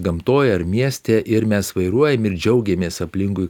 gamtoj ar mieste ir mes vairuojam ir džiaugiamės aplinkui